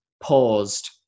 paused